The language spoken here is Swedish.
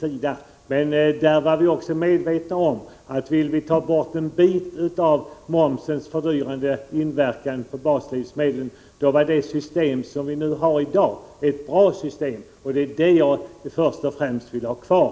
Men i utredningen var vi medvetna om att om vi ville ta bort en del av momsens fördyrande inverkan på baslivsmedlens priser var det system som vi i dag har ett bra system. Det är detta som jag först och främst vill ha kvar.